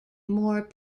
more